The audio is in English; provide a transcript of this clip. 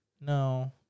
No